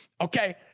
okay